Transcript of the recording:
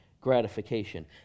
Gratification